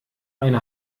eine